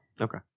okay